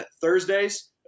Thursdays